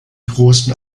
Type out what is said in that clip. großen